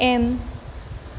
M